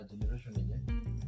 generation